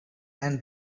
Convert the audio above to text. and